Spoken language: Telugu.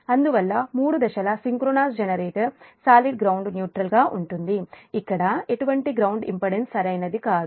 అందువల్ల 3 దశల synchronous generator solid grounded neutral గా ఉంటుంది ఇక్కడ ఎటువంటి గ్రౌండ్ ఇంపెడెన్స్ సరైనది కాదు